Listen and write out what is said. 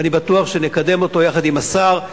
ואני בטוח שנקדם אותו יחד עם השר.